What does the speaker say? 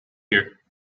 here